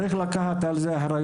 צריך לקחת על זה אחריות.